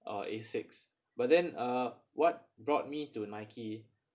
or Asics but then uh what brought me to Nike